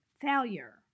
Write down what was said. failure